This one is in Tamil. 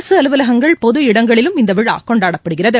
அரசு அலுவலகங்கள் பொது இடங்களிலும் இந்த விழா கொண்டாடப்படுகிறது